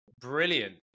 brilliant